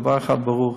דבר אחד ברור,